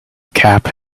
cap